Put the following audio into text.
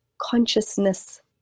consciousness